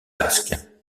basque